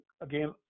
again